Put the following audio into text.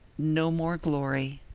no more glory.